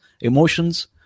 emotions